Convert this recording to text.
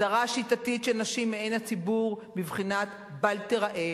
הדרה שיטתית של נשים מעין הציבור בבחינת בל תיראה,